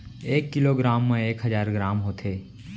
एक kilogram मा एक हजार ग्राम होथे